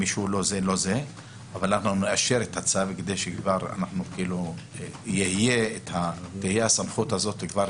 אנחנו נאשר את הצו, כדי שתהיה הסמכות הזאת כבר